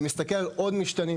ומסתכל על עוד משתנים.